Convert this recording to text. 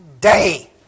day